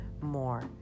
more